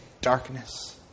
darkness